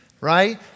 right